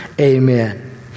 amen